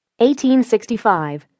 1865